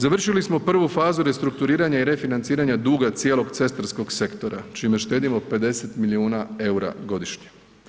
Završili smo prvu fazu restrukturiranja i refinanciranja duga cijelog cestarskog sektora čime štedimo 50 milijuna eura godišnje.